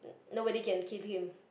nobody can kill him